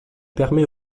permet